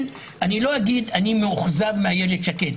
אני לא אגיד: אני מאוכזב מאיילת שקד.